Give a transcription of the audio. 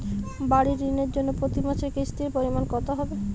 বাড়ীর ঋণের জন্য প্রতি মাসের কিস্তির পরিমাণ কত হবে?